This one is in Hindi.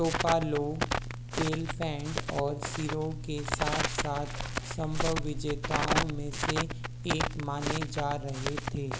टोपालो केलफेंड और शीरो के साथ साथ संभव विजेताओं में से एक माने जा रहे थे